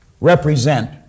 represent